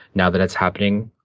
now that it's happening,